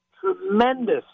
tremendous